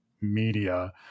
media